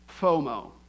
FOMO